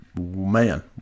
man